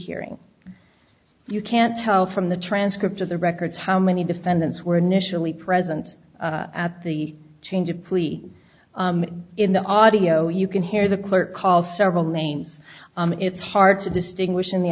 hearing you can't tell from the transcript of the records how many defendants were initially present at the change of plea in the audio you can hear the clerk call several names it's hard to distinguish in the